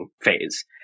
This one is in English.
phase